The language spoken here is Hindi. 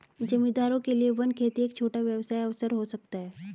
जमींदारों के लिए वन खेती एक छोटा व्यवसाय अवसर हो सकता है